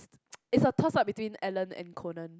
is a toss up between Ellen and Conan